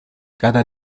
cada